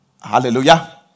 Hallelujah